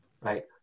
right